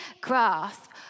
grasp